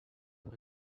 when